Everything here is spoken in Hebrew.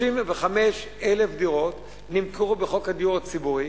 35,000 דירות נמכרו בחוק הדיור הציבורי.